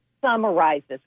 summarizes